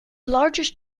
largest